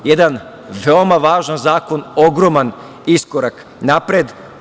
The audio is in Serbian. Jedan veoma važan zakona, ogroman iskorak napred.